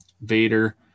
vader